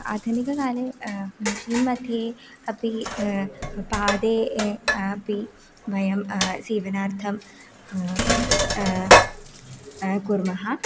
आधुनिककाले मशीन् मध्ये अपि पादे अपि वयं सीवनार्थं कुर्मः